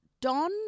Don